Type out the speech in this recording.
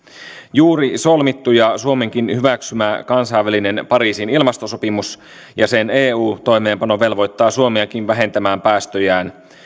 juuri solmittu ja suomenkin hyväksymä kansainvälinen pariisin ilmastosopimus ja sen eu toimeenpano velvoittaa suomeakin vähentämään päästöjään